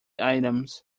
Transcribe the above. items